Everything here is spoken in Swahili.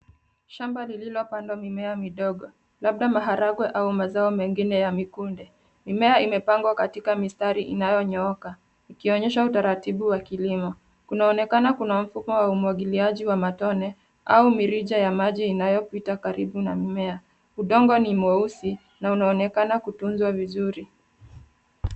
Shamba lililo pandwa mimea midogo labda maharagwe au mizao mengine ya mikunde. Mimea imepangwa katika mistari inayo nyooka ikionyesha utaratibu wa kilimo. Kunaonekana kuna mfumo wa umwagiliaji wa matone au mirija ya maji inayo pita karibu na mimea, udongo ni mweusi na unaonekana kutunzwa vizuri.